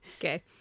Okay